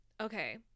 okay